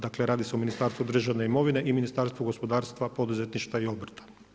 Dakle radi se o Ministarstvu državne imovine i Ministarstvu gospodarstva, poduzetništva i obrta.